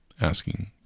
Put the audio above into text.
asking